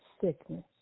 sickness